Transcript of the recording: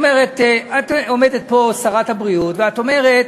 את עומדת פה, שרת הבריאות, ואת אומרת: